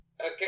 Okay